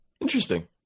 Interesting